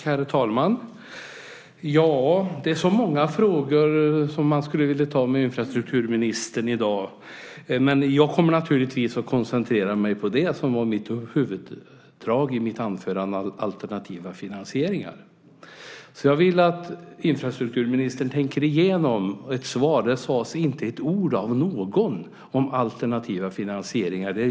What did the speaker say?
Herr talman! Det finns så många frågor som man skulle vilja ta upp med infrastrukturministern i dag. Men jag kommer att koncentrera mig på det som var huvuddraget i mitt anförande - alternativa finansieringar. Jag vill att infrastrukturministern tänker igenom ett svar. Det sades inte ett ord om någon alternativ finansiering.